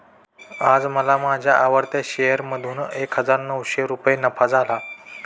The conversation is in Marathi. आज मला माझ्या आवडत्या शेअर मधून एक हजार नऊशे रुपये नफा झाला